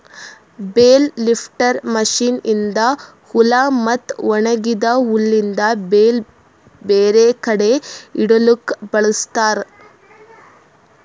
bale lifter machine ಇಂದಾ ಹುಲ್ ಮತ್ತ ಒಣಗಿದ ಹುಲ್ಲಿಂದ್ ಬೇಲ್ ಬೇರೆ ಕಡಿ ಇಡಲುಕ್ ಬಳ್ಸತಾರ್